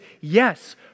yes